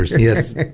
yes